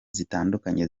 zitandukanye